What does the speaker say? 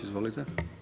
Izvolite.